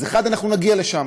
אז אנחנו נגיע לשם,